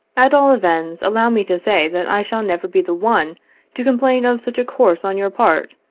at all events, allow me to say, that i shall never be the one to complain of such a course on your part,